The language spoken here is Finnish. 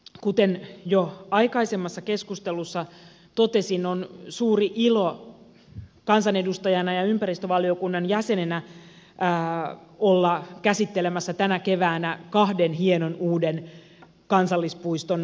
kuten jo aikaisemmassa keskustelussa totesin on suuri ilo kansanedustajana ja ympäristövaliokunnan jäsenenä olla käsittelemässä tänä keväänä kahden hienon uuden kansallispuiston perustamista